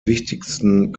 wichtigsten